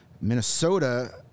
Minnesota